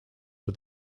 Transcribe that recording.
for